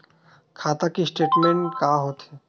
खाता के स्टेटमेंट का होथे?